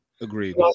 Agreed